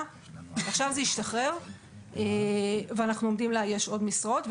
ועכשיו זה השתחרר ואנחנו עומדים לאייש עוד משרות.